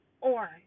Orange